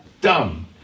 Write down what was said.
dumb